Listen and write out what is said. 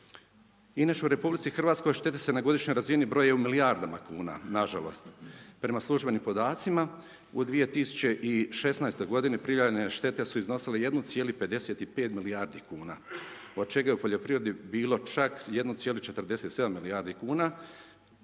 Inače u RH štete se na godišnjoj razini broje u milijardama kuna, nažalost, prema službenim podacima u 2016. g. prijavljene štete su iznosile 1,55 milijardi kn, od čega je u poljoprivredi bilo čak 1,47 milijardi kuna,